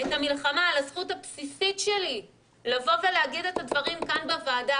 את המלחמה על הזכות הבסיסית שלי לבוא ולהגיד את הדברים כאן בוועדה